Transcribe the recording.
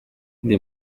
ndi